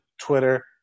Twitter